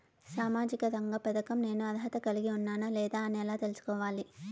సామాజిక రంగ పథకం నేను అర్హత కలిగి ఉన్నానా లేదా అని ఎలా తెల్సుకోవాలి?